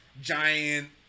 giant